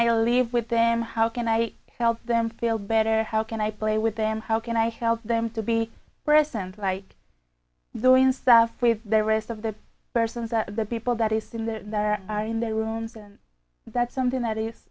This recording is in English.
i leave with them how can i help them feel better how can i play with them how can i help them to be present like doing stuff with the rest of the persons that the people that is in the in their rooms and that's something that is